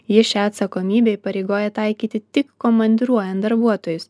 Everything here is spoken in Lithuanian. ji šią atsakomybę įpareigoja taikyti tik komandiruojant darbuotojus